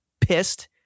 pissed